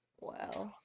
Wow